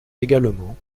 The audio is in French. également